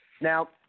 Now